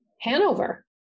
Hanover